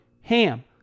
HAM